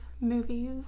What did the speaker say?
movies